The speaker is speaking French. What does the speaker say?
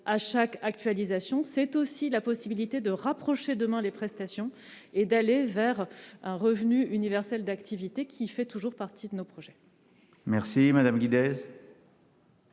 à chaque actualisation. C'est aussi la possibilité, demain, de rapprocher les prestations et d'aller vers un revenu universel d'activité, lequel fait toujours partie de nos projets. La parole est